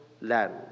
land